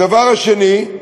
הדבר השני,